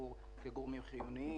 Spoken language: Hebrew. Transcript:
ישראל ללא יוצא מן הכלל.